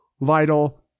vital